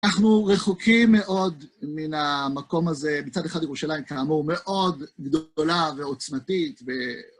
אנחנו רחוקים מאוד מן המקום הזה, מצד אחד ירושלים, כאמור, מאוד גדולה ועוצמתית,